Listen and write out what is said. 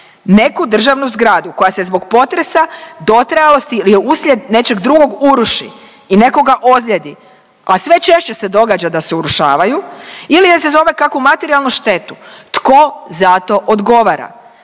neku državnu zgradu koja se zbog potresa, dotrajalosti ili je uslijed nečeg drugog uruši i nekoga ozljedi, a sve češće se događa da se urušavaju ili izazove kakvu materijalnu štetu, tko za to odgovara?